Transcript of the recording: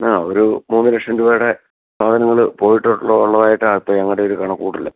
ആ ഒരു മൂന്നുലക്ഷം രൂപയുടെ സാധനങ്ങൾ പോയിട്ടുള്ള ഉള്ളതായിട്ടാണ് ഇപ്പം ഞങ്ങളുടെ ഒരു കണക്കുകൂട്ടൽ